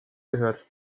gehört